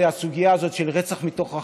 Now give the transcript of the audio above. הסוגיה הזאת של רצח מתוך רחמים.